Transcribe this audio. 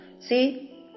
See